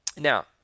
Now